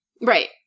Right